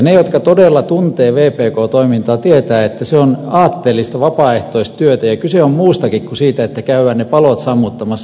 ne jotka todella tuntevat vpk toimintaa tietävät että se on aatteellista vapaaehtoistyötä ja kyse on muustakin kuin siitä että käydään ne palot sammuttamassa